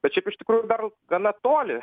bet šiaip iš tikrųjų dar gana toli